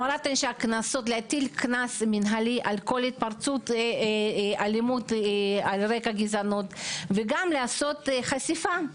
להטיל קנס מנהלי על כל התפרצות אלימות על רקע גזענות וגם לעשות חשיפה,